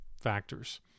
factors